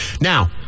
Now